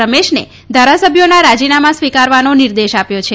રમેશને ધારાસભ્યામા રાજીનામા સ્વીકારવાન નિર્દેશ આપ્ય છે